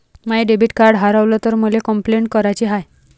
माय debit card हारवल तर मले कंपलेंट कराची हाय